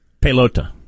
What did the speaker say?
Pelota